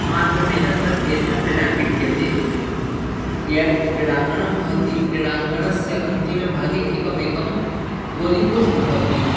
माध्यमेन च एषा क्रीडा क्रीड्यते यत् क्रीडाङ्गणं भवति क्रीडाङ्गणस्य अन्तिमे भागे एकम् एकं गोलि पोश्ट् भवति